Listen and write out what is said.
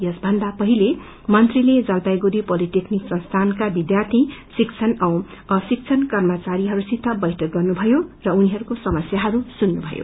यसभन्द पहिले मंत्रीले जलपाईगुड़ी पोलिटेकनिक संस्थानका विध्यार्थी शिक्षण औ अशिक्षण कर्मचारहरूसित बैठक गर्नुभयो र उनीहरूको समस्याहरू पनि सुन्नुभयो